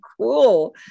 cool